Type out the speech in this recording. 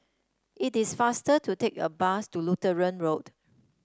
it is faster to take a bus to Lutheran Road